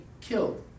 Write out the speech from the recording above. killed